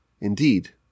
indeed